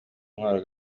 intwaro